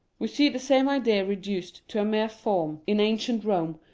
we see the same idea reduced to a mere form in ancient rome,